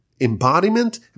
embodiment